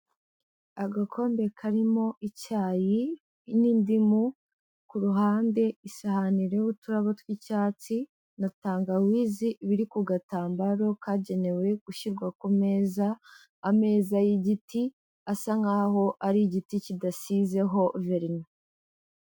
Agakombe karimo icyayi n'indimu, ku ruhande isahani iriho uturabo tw'icyatsi na tangawizi biri ku gatambaro kagenewe gushyirwa ku meza, ameza y'igiti asa nk'aho ari igiti kidasizeho verine.